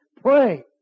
pray